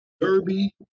Derby